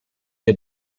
wir